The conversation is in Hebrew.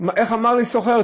איך אמר לי סוחר?